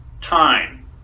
time